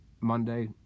Monday